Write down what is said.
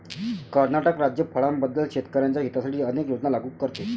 कर्नाटक राज्य फळांबद्दल शेतकर्यांच्या हितासाठी अनेक योजना लागू करते